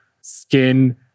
skin